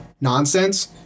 nonsense